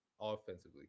offensively